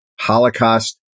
Holocaust